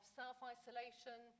self-isolation